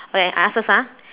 okay I ask first ah